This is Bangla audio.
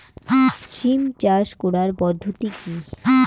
সিম চাষ করার পদ্ধতি কী?